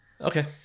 Okay